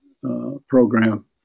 program